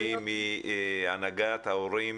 לסיגל מהנהגת ההורים.